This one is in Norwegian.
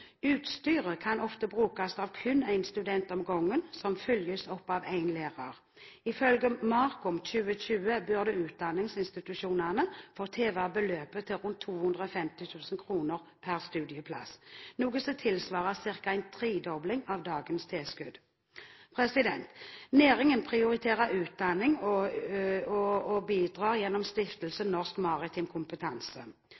Utstyret kan ofte brukes av kun én student av gangen, som følges opp av én lærer. Ifølge MARKOM2020 burde utdanningsinstitusjonene fått hevet beløpet til rundt 250 000 kr per studieplass, noe som tilsvarer ca. en tredobling av dagens tilskudd. Næringen prioriterer utdanning og bidrar gjennom Stiftelsen Norsk Maritim Kompetanse. Denne har som hovedfunksjon å foreta innkreving og